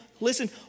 listen